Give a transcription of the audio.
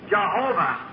Jehovah